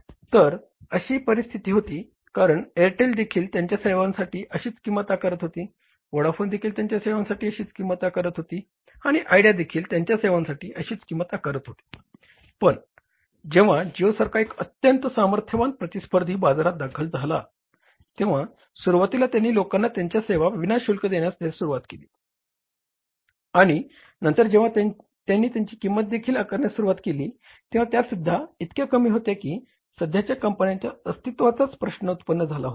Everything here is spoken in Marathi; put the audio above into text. तर अशी परिस्थिती होती कारण एअरटेलदेखील त्यांच्या सेवांसाठी अशीच किंमत आकारत होती व्होडाफोन देखील त्यांच्या सेवांसाठी अशीच किंमत आकारत होती आणि आयडिया देखील त्यांच्या सेवांसाठी अशीच किंमत आकारत होती पण जेव्हा जिओसारखा एक अत्यंत सामर्थ्यवान प्रतिस्पर्धी बाजारात दाखल झाला तेव्हा सुरुवातीला त्यांनी लोकांना त्यांच्या सेवा विनाशुल्क देण्यास सुरवात केली आणि नंतर जेव्हा त्यांनी त्याची किंमत देखील आकारण्यास सुरू केली तेव्हा त्यासुद्धा इतक्या कमी होत्या की सध्याच्या कंपन्यांच्या अस्तित्वाचा प्रश्न उत्पन्न झाला होता